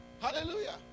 Hallelujah